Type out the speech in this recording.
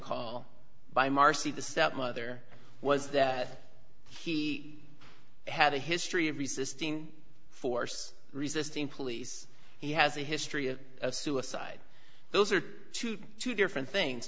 call by marci the stepmother was that he had a history of resisting force resisting police he has a history of suicide those are two different things